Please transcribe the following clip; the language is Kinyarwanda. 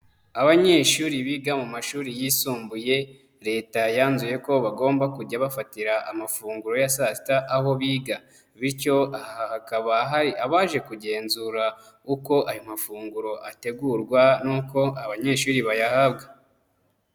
Abanyeshuri biga mu mashuri yisumbuye Leta yanzuye ko bagomba kujya bafatira amafunguro ya saa sita aho biga, bityo aha hakaba hari abaje kugenzura uko ayo mafunguro ategurwa n'uko abanyeshuri bayahabwa.